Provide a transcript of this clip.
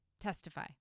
testify